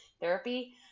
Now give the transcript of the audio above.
therapy